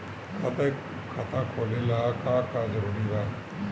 खाता खोले ला का का जरूरी बा?